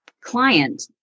client